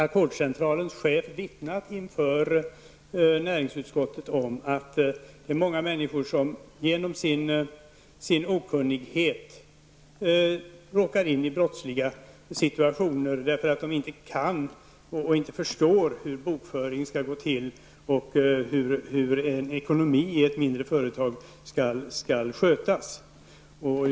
Ackordcentralens chef har vittnat inför näringsutskottet om att många människor genom sin okunnighet råkar in i brottsliga situationer. De kan inte och förstår inte hur bokföringen skall göras och hur ekonomin i ett mindre företag skall skötas.